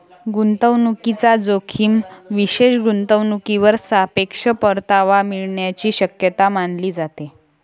गुंतवणूकीचा जोखीम विशेष गुंतवणूकीवर सापेक्ष परतावा मिळण्याची शक्यता मानली जाते